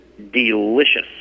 delicious